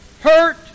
hurt